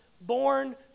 born